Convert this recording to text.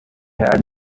had